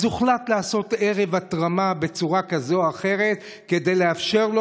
אז הוחלט לעשות ערב התרמה בצורה כזאת או אחרת כדי לאפשר לו